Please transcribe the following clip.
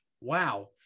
Wow